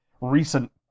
recent